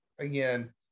again